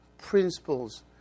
principles